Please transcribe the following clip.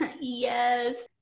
yes